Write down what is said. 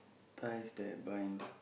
ties that bind